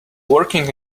working